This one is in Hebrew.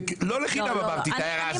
לא לחינם אמרתי את ההערה הזאת.